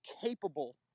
capable